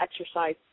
exercise